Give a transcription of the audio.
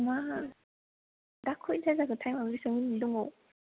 मा खयथा जाखो थाइम आ बेसेबां मिनिथ दंबावो